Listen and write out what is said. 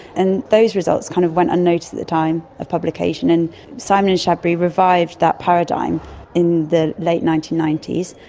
and those results kind of went unnoticed at the time of publication. and simon and chabris revived that paradigm in the late nineteen ninety s,